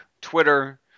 Twitter